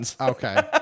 Okay